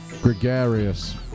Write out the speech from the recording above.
gregarious